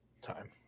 Time